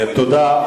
תודה.